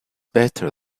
better